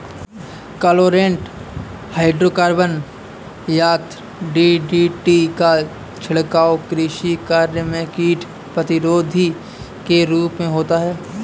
chlorinated hydrocarbon यथा DDT का छिड़काव कृषि कार्य में कीट प्रतिरोधी के रूप में होता है